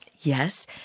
Yes